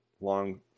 long